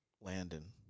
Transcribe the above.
Landon